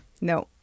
No